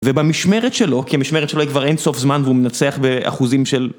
ובמשמרת שלו, כי המשמרת שלו כבר אין סוף זמן והוא מנצח באחוזים של...